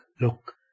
Look